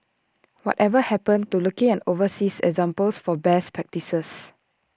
whatever happened to looking at overseas examples for best practices